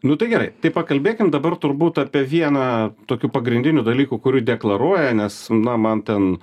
nu tai gerai tai pakalbėkim dabar turbūt apie vieną tokių pagrindinių dalykų kurį deklaruoja nes na man ten